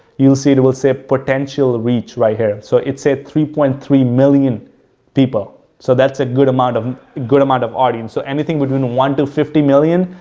you'll see it will say potential reach right here. so, it said three point three million people, so that's a good amount of, good amount of audience. so, anything between one to fifty million,